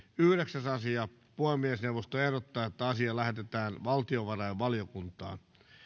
yhdeksäs asia puhemiesneuvosto ehdottaa että asia lähetetään valtiovarainvaliokuntaan